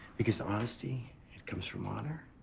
because honesty, it comes from honor,